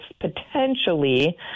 potentially